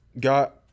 got